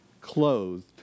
clothed